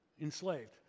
enslaved